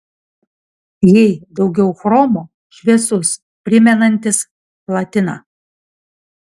jei daugiau chromo šviesus primenantis platiną